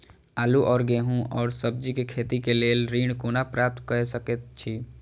आलू और गेहूं और सब्जी के खेती के लेल ऋण कोना प्राप्त कय सकेत छी?